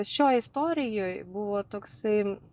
šioj istorijoj buvo toksai